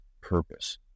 purpose